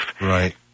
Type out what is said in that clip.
Right